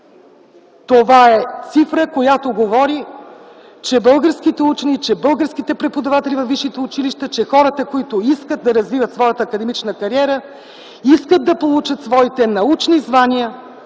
Това е цифра, която говори, че българските учени, че българските преподаватели във висшите училища, че хората, които искат да развиват своята академична кариера, искат да получат своите научни звания